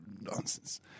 nonsense